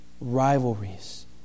rivalries